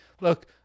Look